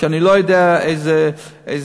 ואני לא יודע איזה ג'ובות,